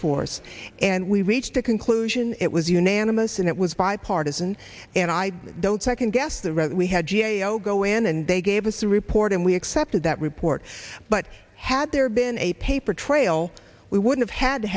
force and we reached a conclusion it was unanimous and it was bipartisan and i don't second guess the rest we had g a o go in and they gave us a report and we accepted that report but had there been a paper trail we would have had to